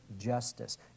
justice